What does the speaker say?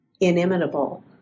inimitable